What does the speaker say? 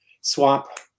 swap